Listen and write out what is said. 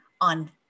on